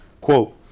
quote